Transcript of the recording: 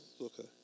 Okay